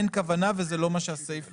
אין כוונה וזה לא מה שהסעיף אומר.